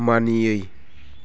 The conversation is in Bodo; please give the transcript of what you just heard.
मानियै